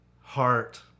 heart